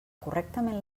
correctament